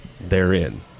therein